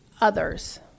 others